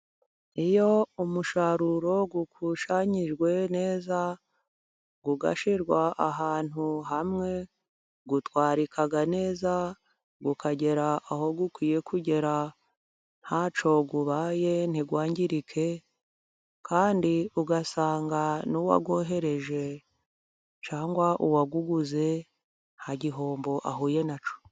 Iyo umusaruro ukusanyijwe neza ugashyirwa ahantu hamwe, utwarika neza, ukagera aho ukwiye kugera ntacyo ubaye ntiwangirike, kandi ugasanga n'uwawohereje cyangwa uwawuguze nta gihombo ahuye na cyo.